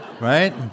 Right